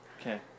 Okay